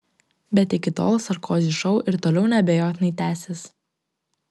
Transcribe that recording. bet iki tol sarkozy šou ir toliau neabejotinai tęsis